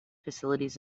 facilities